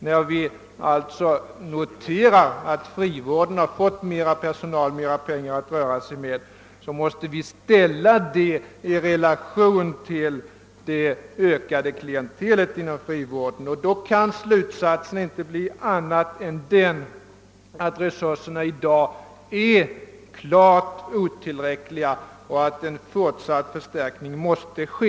När vi alltså registrerar att frivården har fått mera personal, mera pengar att röra sig med, måste vi ställa detta i relation till det ökade klientelet inom frivården, och då kan slutsatsen inte bli någon annan än den, att resurserna i dag är klart otillräckliga och att en fortsatt förstärkning måste ske.